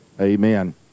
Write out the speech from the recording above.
Amen